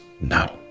now